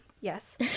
yes